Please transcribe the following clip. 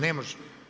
Ne može.